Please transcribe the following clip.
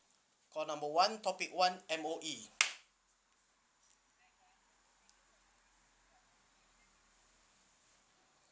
what number one topic one M_O_E